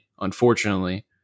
unfortunately